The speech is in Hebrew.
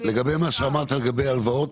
לגבי מה שאמרת לגבי הלוואות,